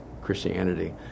christianity